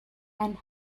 and